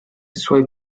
suoi